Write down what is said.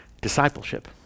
discipleship